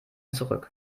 zurück